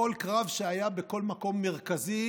כמעט בכל קרב שהיה בכל מקום מרכזי,